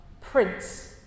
Prince